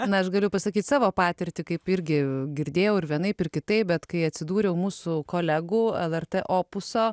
na aš galiu pasakyt savo patirtį kaip irgi girdėjau ir vienaip ir kitaip bet kai atsidūriau mūsų kolegų lrt opuso